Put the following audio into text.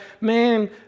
man